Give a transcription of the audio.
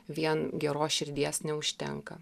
vien geros širdies neužtenka